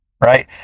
right